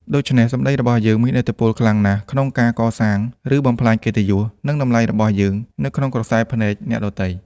ដូច្នេះ សម្ដីរបស់យើងមានឥទ្ធិពលខ្លាំងណាស់ក្នុងការកសាង ឬបំផ្លាញកិត្តិយស និងតម្លៃរបស់យើងនៅក្នុងក្រសែភ្នែកអ្នកដទៃ។